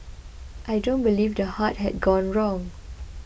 I don't believe the heart had gone wrong